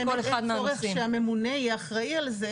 אין צורך שהממונה יהיה אחראי על זה